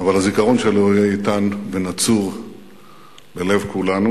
אבל הזיכרון שלו הוא איתן ונצור בלב כולנו